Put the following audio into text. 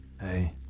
Hey